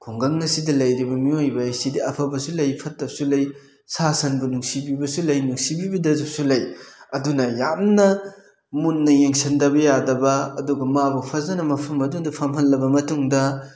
ꯈꯨꯡꯒꯪ ꯑꯁꯤꯗ ꯂꯩꯔꯤꯕ ꯃꯤꯑꯣꯏꯕꯁꯤꯗꯤ ꯑꯐꯕꯁꯨ ꯂꯩ ꯐꯠꯇꯕꯁꯨ ꯂꯩ ꯁꯥ ꯁꯟꯕꯨ ꯅꯨꯡꯁꯤꯕꯤꯕꯁꯨ ꯂꯩ ꯅꯨꯡꯁꯤꯕꯤꯗꯕꯁꯨ ꯂꯩ ꯑꯗꯨꯅ ꯌꯥꯝꯅ ꯃꯨꯟꯅ ꯌꯦꯡꯁꯤꯟꯗꯕ ꯌꯥꯗꯕ ꯑꯗꯨꯒ ꯃꯥꯕꯨ ꯐꯖ ꯃꯐꯝ ꯑꯗꯨꯗ ꯐꯝꯍꯜꯂꯕ ꯃꯇꯨꯡꯗ